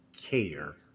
care